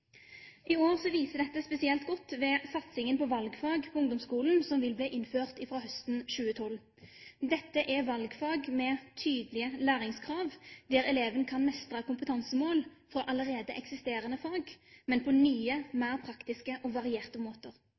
I år vises dette spesielt godt ved satsingen på valgfag på ungdomsskolen, som vil bli innført fra høsten 2012. Dette er valgfag med tydelige læringskrav, der eleven kan mestre kompetansemål for allerede eksisterende fag, men på nye, mer praktiske og varierte måter.